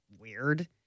weird